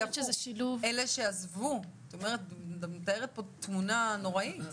אלה שעזבו את מתארת פה תמונה נוראית.